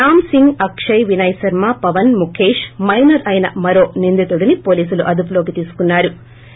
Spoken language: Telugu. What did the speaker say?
రామ్సింగ్ అక్షయ్ వినయ్ శర్మ పవన్ ముఖేశ్ మైనర్ అయిన మరో నిందితుడిని పోలీసులు అదుపులోకి తీసుకున్నా రు